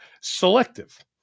Selective